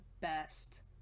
best